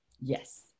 Yes